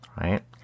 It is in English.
right